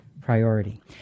priority